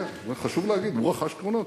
חשוב להגיד, הוא רכש קרונות.